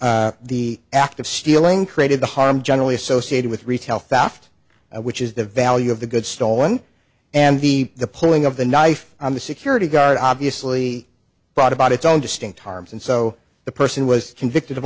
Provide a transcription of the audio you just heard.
the act of stealing created the harm generally associated with retail faffed which is the value of the good stolen and the the pulling of the knife on the security guard obviously brought about its own distinct harms and so the person was convicted of